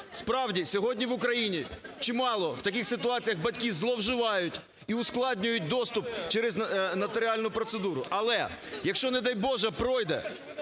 Справді, сьогодні в Україні чимало в таких ситуаціях батьки зловживають і ускладнюють доступ через нотаріальну процедуру. Але, якщо, не дай, Боже, пройде